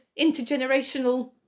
intergenerational